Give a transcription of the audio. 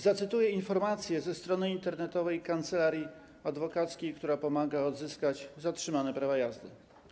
Zacytuję informacje ze strony internetowej kancelarii adwokackiej, która pomaga odzyskać zatrzymane prawa jazdy: